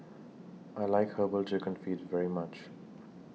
I like Herbal Chicken Feet very much